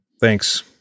thanks